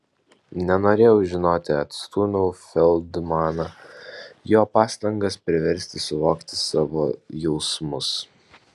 nenorėjau žinoti atstūmiau feldmaną jo pastangas priversti suvokti savo jausmus